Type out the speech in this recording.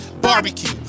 barbecue